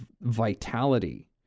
vitality